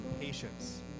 patience